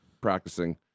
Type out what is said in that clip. practicing